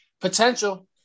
potential